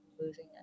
losing